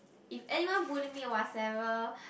if anyone bully me or whatever